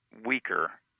weaker